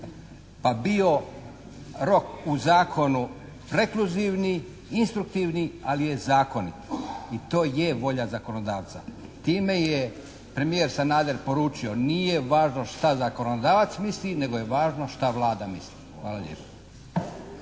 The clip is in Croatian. pa bio rok u zakonu prekluzivni, instruktivni ali je zakonit. I to je volja zakonodavca. Time je premijer Sanader poručio nije važno šta zakonodavac misli nego je važno šta Vlada misli. Hvala lijepo.